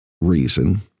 reason